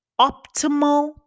optimal